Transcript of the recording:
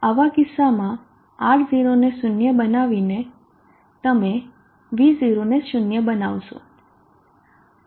આવા કિસ્સામાં R0 ને શૂન્ય બનાવીને તમે V0 ને શૂન્ય બનાવશો